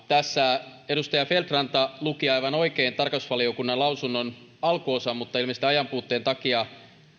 tässä edustaja feldt ranta luki aivan oikein tarkastusvaliokunnan lausunnon alkuosan mutta ilmeisesti ajanpuutteen takia